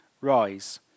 rise